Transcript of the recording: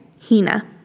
Hina